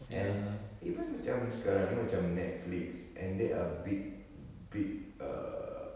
and even macam sekarang ini macam netflix and there are big big err